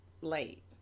late